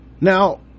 Now